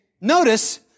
Notice